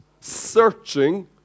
searching